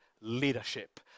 leadership